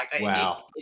Wow